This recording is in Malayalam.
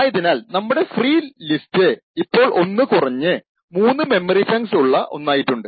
ആയതിനാൽ നമ്മുടെ ഫ്രീ ലിസ്റ്റ് ഇപ്പോൾ ഒന്ന് കുറഞ്ഞപ്പോൾ 3 മെമ്മറി ചങ്ക്സ് ഉള്ള ഒന്നയിട്ടുണ്ട്